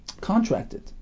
contracted